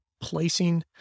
placing